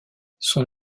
son